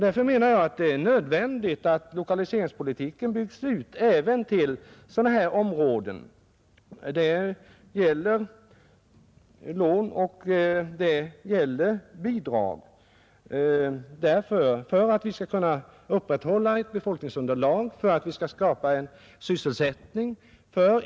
Därför menar jag att det är nödvändigt att lokaliseringsstödet byggs ut även till sådana här områden — det gäller lån och det gäller bidrag — för att vi skall kunna upprätthålla ett befolkningsunderlag och för att vi skall kunna skapa sysselsättning.